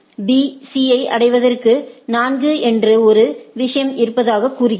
B C ஐ அடைவதற்கு 4 என்று ஒரு விஷயம் இருப்பதாகக் கூறுகிறது